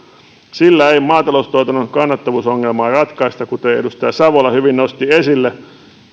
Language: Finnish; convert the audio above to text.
sillä ei maataloustuotannon kannattavuusongelmaa ratkaista kuten edustaja savola hyvin nosti esille